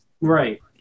Right